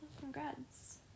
Congrats